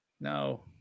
No